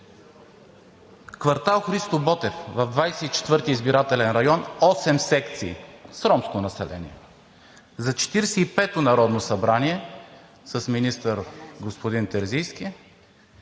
Квартал „Христо Ботев“ в 24 избирателен район, 8 секции с ромско население. За Четиридесет и пето народно събрание с министър господин Терзийски